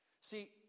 See